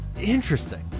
Interesting